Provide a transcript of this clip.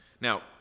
Now